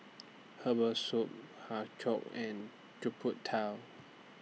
Herbal Soup Har Kow and